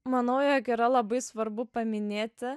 manau jog yra labai svarbu paminėti